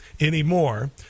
anymore